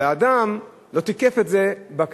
אבל האדם לא תיקף את זה בכניסה.